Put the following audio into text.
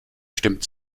stimmt